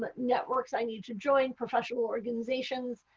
but networks i need to join, professional organizations.